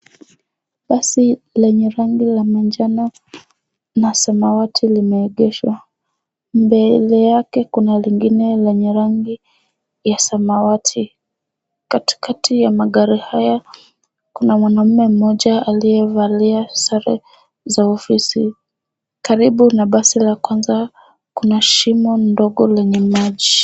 Basi lenye rangi la manjano na samawati limeegeshwa. Mbele yake kuna lingine lenye rangi ya samawati. Katikati ya magari haya, kuna mwanaume mmoja aliyevalia sare za ofisi. Karibu na basi la kwanza, kuna shimo ndogo lenye maji.